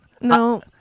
no